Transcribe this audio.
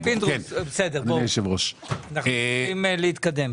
אדוני היושב ראש, אמרתי לאוצר